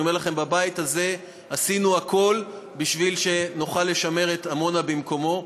אני אומר לכם: בבית הזה עשינו הכול בשביל שנוכל לשמר את עמונה במקומה.